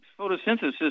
photosynthesis